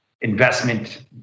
investment